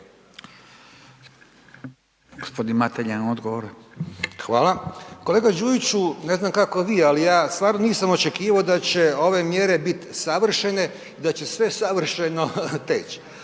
**Mateljan, Damir (SDP)** Hvala. Kolega Đujiću, ne znam kako vi, ali ja stvarno nisam očekivo da će ove mjere bit savršene i da će sve savršeno teć.